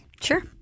Sure